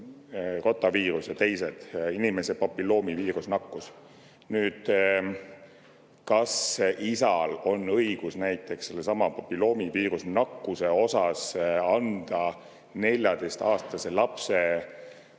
rotaviirus ja teised, inimese papilloomiviirusnakkus. Nüüd, kas isal on õigus näiteks sellesama papilloomiviirusnakkuse osas anda 14‑aastase lapse,